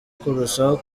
kurushaho